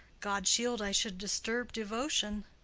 god shield i should disturb devotion!